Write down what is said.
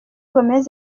gomez